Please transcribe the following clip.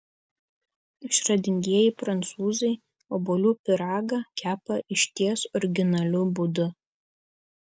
išradingieji prancūzai obuolių pyragą kepa išties originaliu būdu